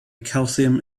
calcium